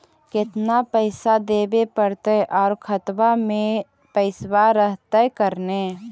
केतना पैसा देबे पड़तै आउ खातबा में पैसबा रहतै करने?